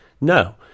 No